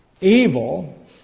evil